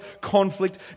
conflict